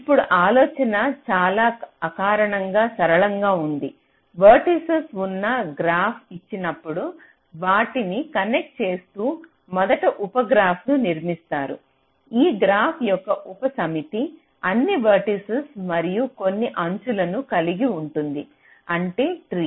ఇప్పుడు ఆలోచన చాలా అకారణంగా సరళంగా ఉంది వెర్టిసిస్ ఉన్న గ్రాఫ్ ఇచ్చినప్పుడు వాటిని కనెక్ట్ చేస్తూ మొదట ఉప గ్రాఫ్ను నిర్మిస్తారు ఆ గ్రాఫ్ యొక్క ఉప సమితి అన్ని వెర్టిసిస్ మరియు కొన్ని అంచులను కలిగి ఉంటుంది అంటే ట్రీ